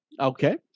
Okay